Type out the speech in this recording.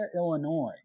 Illinois